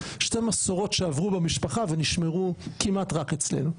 שתי מסורות שעברו במשפחה ונשמרו כמעט רק אצלנו.